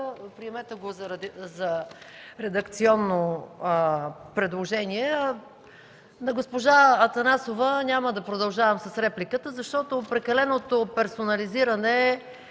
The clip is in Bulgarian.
Приемете го за редакционно предложение. На госпожа Атанасова ¬– няма да продължавам с репликата, защото прекаленото персонализиране